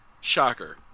Shocker